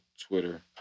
Twitter